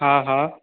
हा हा